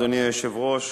אדוני היושב-ראש,